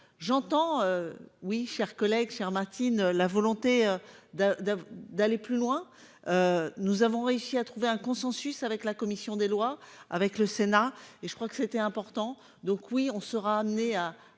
j'entends oui. Chers collègues, chers Matine la volonté d'un d'aller plus loin. Nous avons réussi à trouver un consensus avec la commission des lois, avec le Sénat et je crois que c'était important. Donc oui, on sera amené à